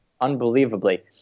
unbelievably